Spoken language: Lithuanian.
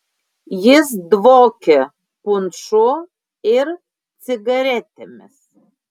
jis dvokė punšu ir cigaretėmis